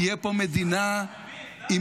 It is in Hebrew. תהיה פה מדינה עם